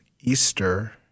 Easter